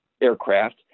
aircraft